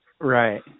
Right